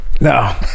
No